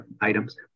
items